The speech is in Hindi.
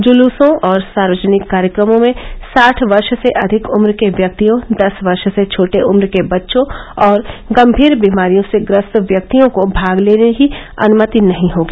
जुल्सों और सार्वजनिक कार्यक्रमों में साठ वर्ष से अधिक उम्र के व्यक्तियों दस वर्ष से छोटे उम्र के बच्चों और गम्भीर बीमारियों से ग्रस्त व्यक्तियों को भाग लेने की अनुमति नहीं होगी